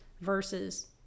versus